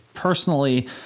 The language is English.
Personally